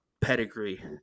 pedigree